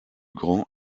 grand